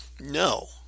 No